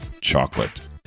chocolate